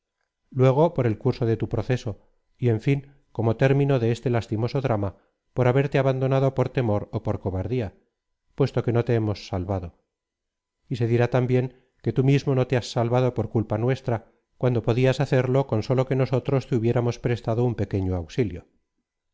azcárate tomo adrid curso de tu proceso y en fin cmo término de este lastimoso drama por haberte abandonado por temor ó por cobardía puesto que no te hemos salvado y se dirá también que tú mismo no te has salvado por culpa nuestra cuando podias hacerlo con sólo que nosotros te hubiéramos prestado un pequeño auxilio